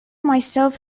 myself